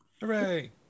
Hooray